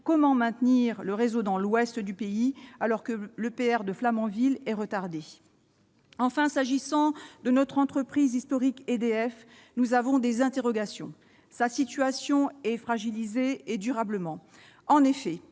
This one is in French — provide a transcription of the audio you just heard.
comment maintenir le réseau dans l'ouest du pays, alors que l'EPR de Flamanville est retardé ? S'agissant de notre entreprise historique EDF, nous avons des interrogations. Sa situation est durablement fragilisée. En effet,